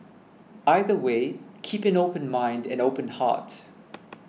either way keep an open mind and open heart